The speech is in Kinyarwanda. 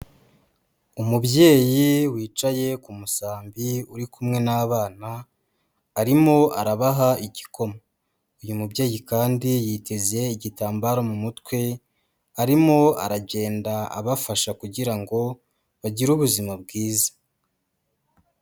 Umubyeyi wicaye ku musambi uri kumwe n'abana, arimo arabaha igikoma, uyu mubyeyi kandi yiteze igitambaro mu mutwe arimo aragenda abafasha kugira ngo bagire ubuzima bwiza.